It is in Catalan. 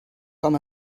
com